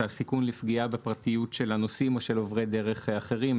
הסיכון לפגיעה בפרטיות של הנוסעים או של עוברי דרך אחרים.